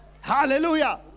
Hallelujah